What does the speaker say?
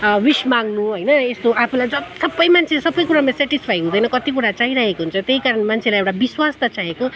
wish माग्नु होइन यस्तो आफूलाई सबै मान्छे सबै कुरामा सेटिस्फाइड हुँदैन कति कुरा चाहिरहेको हुन्छ त्यही कारण मान्छेलाई एउटा विश्वास त चाहिएको